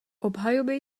obhajoby